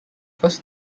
first